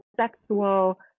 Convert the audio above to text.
sexual